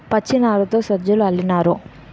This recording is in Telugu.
పచ్చినారతో సజ్జలు అల్లినారు